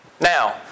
Now